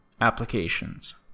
applications